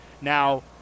Now